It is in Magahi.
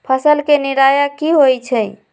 फसल के निराया की होइ छई?